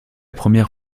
première